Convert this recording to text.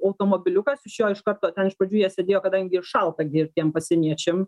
automobiliukas iš jo iš karto na iš pradžių jie sėdėjo kadangi šalta gi ir tiem pasieniečiam